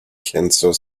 cancer